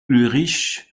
ulrich